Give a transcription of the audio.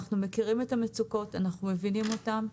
אנחנו מכירים את המצוקות, אנחנו מבינים אותן,